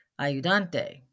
Ayudante